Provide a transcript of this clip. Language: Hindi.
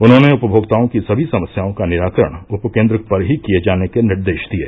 उन्होंने उपभोक्ताओं की सभी समस्याओं का निराकरण उपकेन्द्र पर ही किये जाने के निर्देश दिये